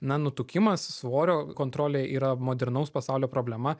na nutukimas svorio kontrolė yra modernaus pasaulio problema